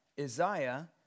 Isaiah